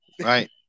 right